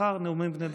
מחר נאומים בני דקה.